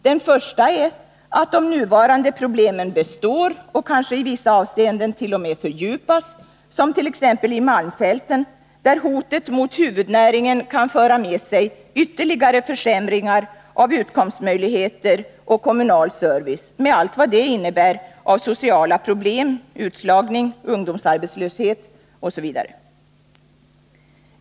Den första är att de nuvarande problemen består och kanske i vissa avseenden t.o.m. fördjupas som t.ex. i Malmfälten, där hotet mot huvudnäringen kan föra med sig ytterligare försämringar av utkomstmöjlig heter och kommunal service, med allt vad det innebär av sociala problem, utslagning, ungdomsarbetslöshet, osv.